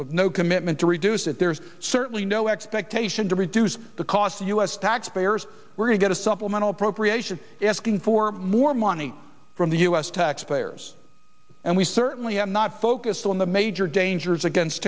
level no commitment to reduce it there's certainly no expectation to reduce the cost of u s taxpayers were to get a supplemental appropriation asking for more money from the u s taxpayers and we certainly have not focused on the major dangers against